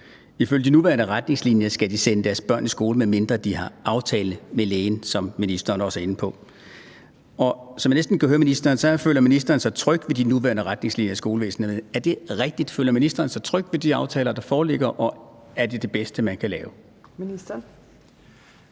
Ifølge de nuværende retningslinjer skal de sende deres børn i skole, medmindre de har en aftale med lægen, som ministeren også er inde på. Og som jeg næsten kan høre på ministeren, føler ministeren sig tryg ved de nuværende retningslinjer i skolevæsenet. Er det rigtigt, at ministeren føler sig tryg ved de aftaler, der foreligger, og er de de bedste, man kan lave? Kl.